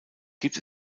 gibt